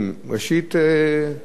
חביב ממונם של ישראל,